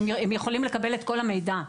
הם יכולים לקבל את כול המידע.